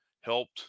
helped